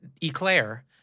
eclair